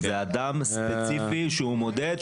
אלא אדם ספציפי שהוא מודד,